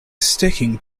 sticking